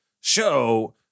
show